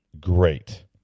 Great